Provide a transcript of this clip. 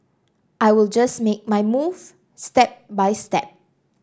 I will just make my move step by step